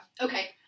Okay